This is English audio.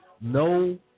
No